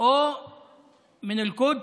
או מן אל-קודס,